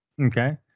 Okay